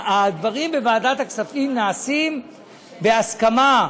הדברים בוועדת הכספים נעשים בהסכמה,